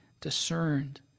discerned